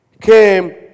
came